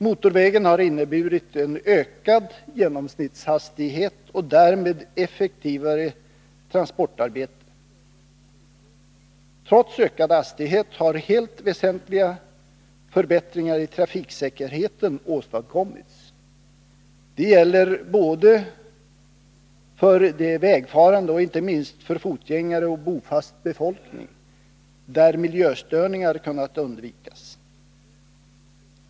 Motorvägen har inneburit en ökad genomsnittshastighet och därmed effektivare transportarbete. Trots ökad hastighet har helt väsentliga förbättringar i trafiksäkerheten åstadkommits. Det gäller både för de vägfarande och inte minst för fotgängare och bofast befolkning, eftersom miljöstörningar kunnat minskas.